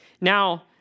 Now